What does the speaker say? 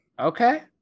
Okay